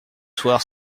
soir